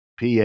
PA